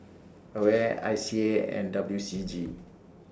AWARE I C A and W C G